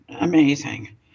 amazing